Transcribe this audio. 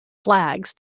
flags